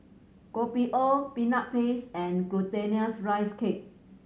Kopi O Peanut Paste and Glutinous Rice Cake